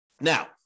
Now